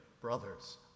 brothers